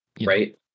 Right